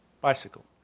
bicycle